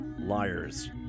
Liars